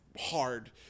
hard